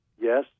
Yes